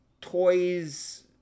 toys